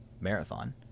Marathon